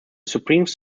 supremes